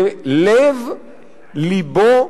ללב-לבו